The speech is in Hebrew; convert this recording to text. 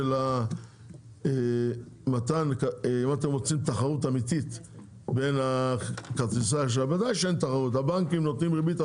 אם אתם רוצים תחרות אמיתית בין כרטיסי האשראי לבנקים,